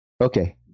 Okay